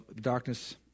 darkness